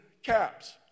Caps